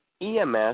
EMS